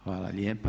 Hvala lijepa.